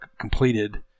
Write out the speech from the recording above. completed